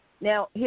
Now